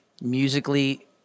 musically